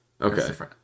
Okay